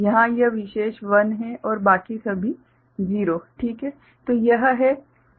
यहाँ यह विशेष 1 है और बाकी सभी 0 ठीक हैं